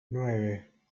nueve